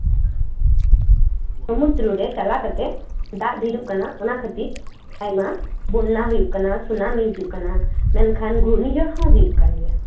ᱥᱚᱢᱩᱫᱨᱚ ᱨᱮ ᱪᱟᱞᱟᱣ ᱠᱟᱛᱮ ᱫᱟᱜ ᱰᱷᱮᱨᱚᱜ ᱠᱟᱱᱟ ᱚᱱᱟ ᱠᱷᱟᱹᱛᱤᱨ ᱟᱭᱢᱟ ᱵᱚᱱᱱᱟ ᱦᱩᱭᱩᱜ ᱠᱟᱱᱟ ᱥᱩᱱᱟᱢᱤ ᱦᱤᱡᱩᱜ ᱠᱟᱱᱟ ᱢᱮᱱᱠᱷᱟᱱ ᱜᱷᱩᱨᱱᱤ ᱡᱷᱚᱲ ᱦᱚᱸ ᱦᱩᱭᱩᱜ ᱠᱟᱱ ᱜᱮᱭᱟ